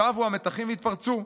שבו המתחים והתפרצו.